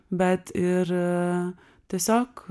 bet ir tiesiog